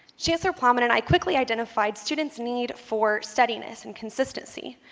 chancellor plowman and i quickly identified students' need for steadiness and consistency.